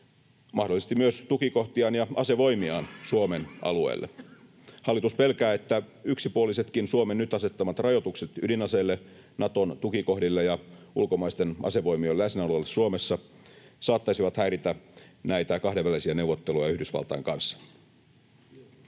mahdollisesti myös tukikohtiaan ja asevoimiaan, Suomen alueelle. Hallitus pelkää, että yksipuolisetkin Suomen nyt asettamat rajoitukset ydinaseille, Naton tukikohdille ja ulkomaisten asevoimien läsnäololle Suomessa saattaisivat häiritä näitä kahdenvälisiä neuvotteluja Yhdysvaltain kanssa.